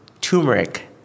turmeric